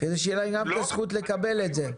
כדי שיהיה להם גם את הזכות לקבל את זה.